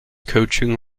coaching